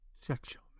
Sexual